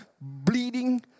bleeding